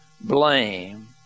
blame